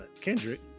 Kendrick